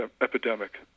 epidemic